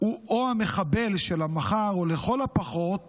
הוא או המחבל של המחר הוא לכל הפחות